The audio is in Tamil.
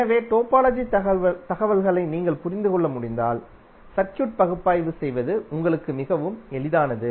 எனவே டோபாலஜி தகவல்களை நீங்கள் புரிந்து கொள்ள முடிந்தால் சர்க்யூட் பகுப்பாய்வு செய்வது உங்களுக்கு மிகவும் எளிதானது